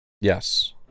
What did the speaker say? Yes